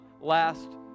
last